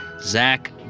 Zach